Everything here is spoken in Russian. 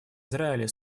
израиля